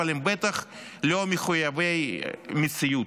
אבל הם בטח לא מחויבי המציאות.